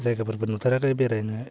जायगाफोरबो नुथाराखै बेरायनो